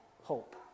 hope